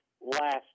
last